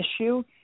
issue